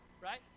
right